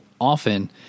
often